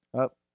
up